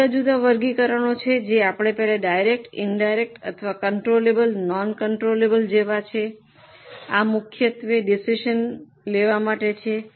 આ જુદા જુદા વર્ગીકરણો છે જે આપણે પહેલા ડાયરેક્ટ ઇનડાયરેક્ટ અથવા કન્ટ્રોલબલ નાન કન્ટ્રોલબલ જેવા છે આ મુખ્યત્વે ડિસિઝન લેવા માટે છે